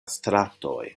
stratoj